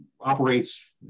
operates